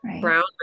Brown